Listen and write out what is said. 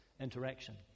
interaction